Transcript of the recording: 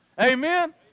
Amen